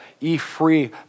E-free